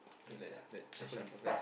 let's let let's shuffle first